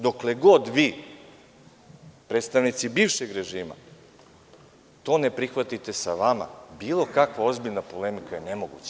Dokle god vi predstavnici bivšeg režima to ne prihvatite, sa vama bilo kakva polemika je nemoguća.